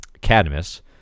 Cadmus